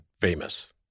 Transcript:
famous